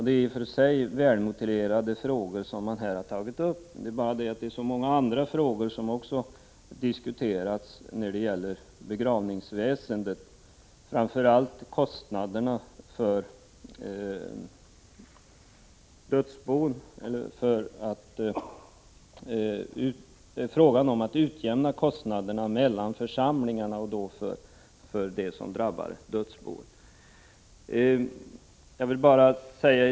Det är i och för sig välmotiverade frågor som man tagit upp, men det finns så många andra frågor som också diskuterats när det gäller begravningsväsendet, framför allt frågor om att utjämna kostnaderna mellan församlingar när det gäller dödsbon.